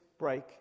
break